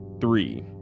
three